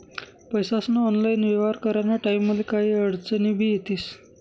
पैसास्ना ऑनलाईन येव्हार कराना टाईमले काही आडचनी भी येतीस